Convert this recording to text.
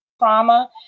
trauma